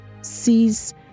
sees